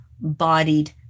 Bodied